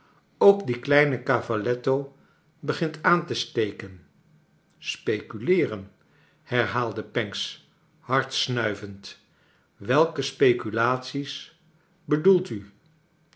ook dien kleinen cavalletto begint aan te steken speculeeren herhaalde pancks hard snuivend welke speculaties bedoelt u